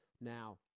Now